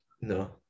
no